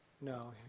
No